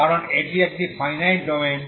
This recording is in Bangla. কারণ এটি একটি ফাইনাইট ডোমেইন